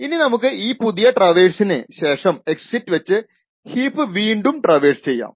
ഇനി നമുക്ക് ഈ പുതിയ ട്രാവേഴ്സിന് ശേഷം എക്സിറ്റ് വച്ച് ഹീപ്പ് വീണ്ടും ട്രവേഴ്സ് ചെയ്യാം